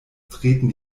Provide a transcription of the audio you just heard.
treten